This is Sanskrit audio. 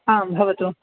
आं भवतु